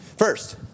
First